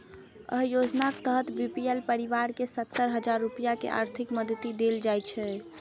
अय योजनाक तहत बी.पी.एल परिवार कें सत्तर हजार रुपैया के आर्थिक मदति देल जाइ छै